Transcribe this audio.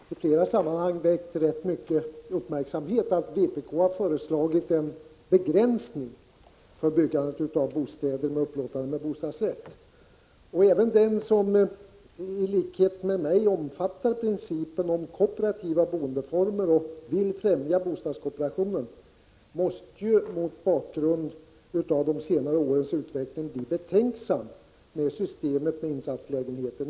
Herr talman! Först till detta med bostadsrätterna. Det har i flera sammanhang väckt rätt stor uppmärksamhet att vpk har föreslagit en begränsning när det gäller byggandet av bostäder för upplåtande med bostadsrätt. Även den som i likhet med mig omfattar principen om kooperativa boendeformer och vill främja boendekooperationen måste ju mot bakgrund av de senaste årens utveckling bli betänksam över systemet med insatslägenheter.